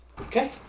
Okay